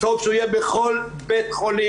טוב שהוא יהיה בכל בית חולים,